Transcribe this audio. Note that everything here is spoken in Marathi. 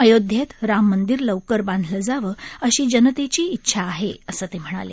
अयोध्येत राम मंदिर लवकर बांधलं जावं अशी झनतेची इच्छा आहे असं ते म्हणाले